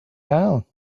down